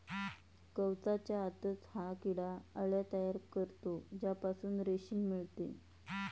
कवचाच्या आतच हा किडा अळ्या तयार करतो ज्यापासून रेशीम मिळते